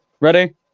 Ready